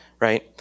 Right